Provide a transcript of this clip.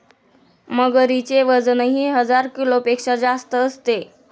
मगरीचे वजनही हजार किलोपेक्षा जास्त असते